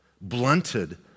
blunted